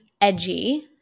edgy